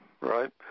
right